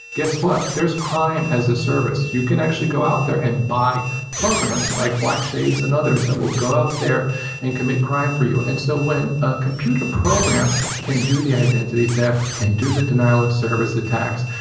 guess what? there's crime as a service. you can actually go out there and buy programs like black shades and others that will go out there and commit crime for you. and so when a computer program can do the identity theft, can do the denial of service attacks,